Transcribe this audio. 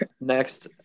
next